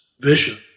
vision